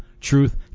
Truth